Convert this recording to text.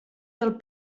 del